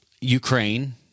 Ukraine